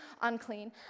unclean